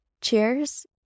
cheers